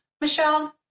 Michelle